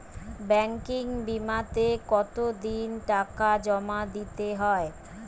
Banking বিমাতে কত দিন টাকা জমা দিতে হয়?